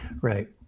Right